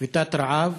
שביתת רעב,